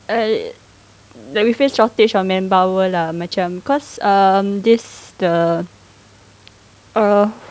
err like we face shortage of manpower lah macam cause um this the err